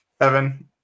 Evan